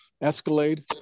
Escalade